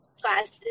classes